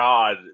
God